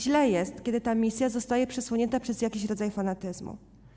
Źle jest, kiedy ta misja zostaje przesłonięta przez jakiś rodzaj fanatyzmu.